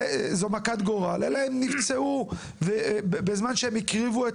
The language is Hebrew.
אלא בטובי בנינו שנפצעו בזמן שהקריבו את